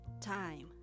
time